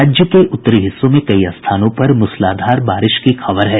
राज्य के उत्तरी हिस्सों में कई स्थानों पर मूसलाधार बारिश की खबर है